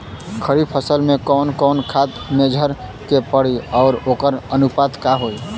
खरीफ फसल में कवन कवन खाद्य मेझर के पड़ी अउर वोकर अनुपात का होई?